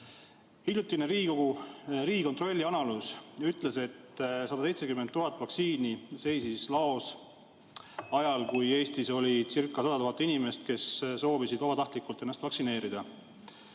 Hiljutine Riigikontrolli analüüs ütles, et 170 000 vaktsiini seisis laos ajal, kui Eestis olicirca100 000 inimest, kes soovisid vabatahtlikult ennast vaktsineerida.